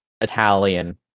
Italian